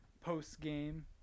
post-game